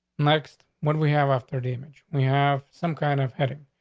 next, what we have after damage, we have some kind of heading.